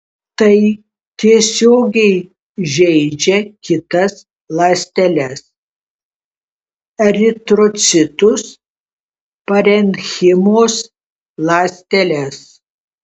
tai tiesiogiai žeidžia kitas ląsteles eritrocitus parenchimos ląsteles